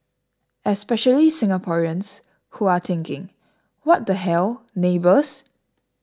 especially Singaporeans who are thinking what the hell neighbours